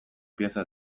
pieza